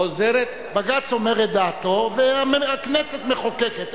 בג"ץ אומר את דעתו והכנסת מחוקקת.